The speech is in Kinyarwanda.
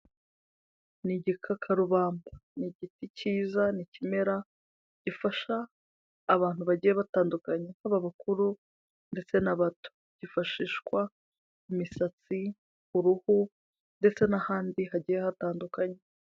Ni igikakarubamba, ni igiti cyiza ni ikimera gifasha abantu bagiye batandukanya, haba abakuru ndetse n'abato, kifashishwa mu imisatsi, uruhu ndetse n'ahandi hagiye hatandukanye.